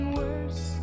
worse